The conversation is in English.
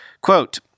Quote